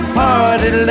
party